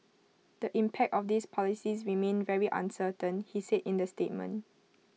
the impact of these policies remains very uncertain he said in the statement